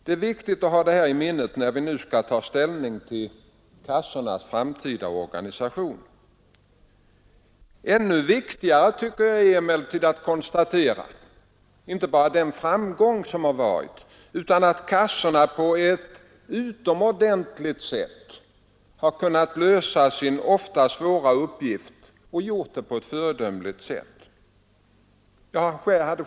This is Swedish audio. Det är viktigt att ha detta i minnet, när vi nu skall ta ställning till kassornas framtida organisation. Ännu viktigare är emellertid att vi kan konstatera att kassorna under denna tid har fullgjort sin ofta svåra uppgift på ett föredömligt sätt.